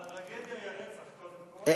אבל הטרגדיה היא הרצח, קודם כול, ואחר כך ההרשעה.